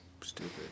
stupid